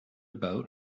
boat